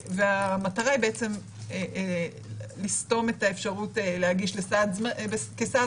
והמטרה היא לסתום את האפשרות להגיש כסעד